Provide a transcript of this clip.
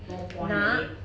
no point adik